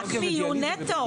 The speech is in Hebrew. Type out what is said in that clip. רק מיון נטו.